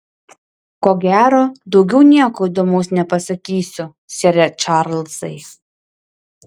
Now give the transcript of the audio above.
ko gero daugiau nieko įdomaus nepasakysiu sere čarlzai